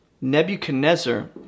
Nebuchadnezzar